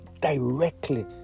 directly